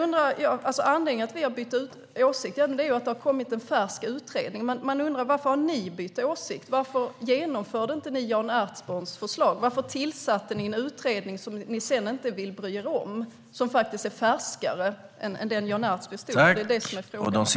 Anledningen till att vi har bytt åsikt är att det har kommit en färsk utredning. Man undrar varför ni har bytt åsikt. Varför genomförde ni inte Jan Ertsborns förslag? Varför tillsatte ni en utredning som ni sedan inte vill bry er om och som faktiskt är färskare än Jan Ertsborns? Det är frågan.